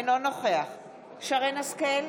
אינו נוכח שרן מרים השכל,